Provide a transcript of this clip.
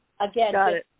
again